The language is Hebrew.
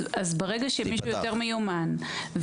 אז ברגע שמישהו יותר מיומן,